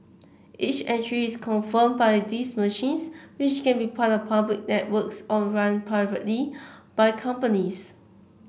each entry is confirmed by these machines which can be part of public networks or run privately by companies